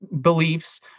beliefs